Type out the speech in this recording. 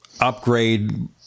upgrade